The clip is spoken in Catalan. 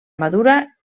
madura